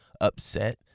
upset